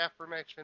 affirmation